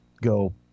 go